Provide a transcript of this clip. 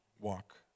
walk